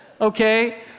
okay